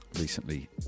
recently